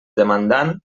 demandant